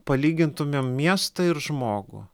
palygintumėm miestą ir žmogų